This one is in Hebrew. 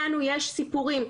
לנו יש סיפורים,